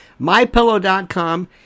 Mypillow.com